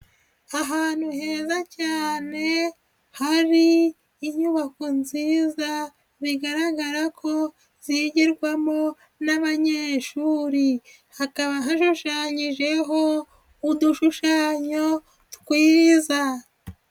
Ahantu heza cyane hari inyubako nziza bigaragara ko zigirwamo n'abanyeshuri, hakaba hashushanyijeho udushushanyo twiza.